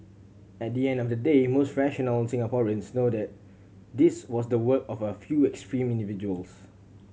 at the end of the day most rational Singaporeans know that this was the work of a few extreme individuals